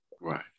Right